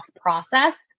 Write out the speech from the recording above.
process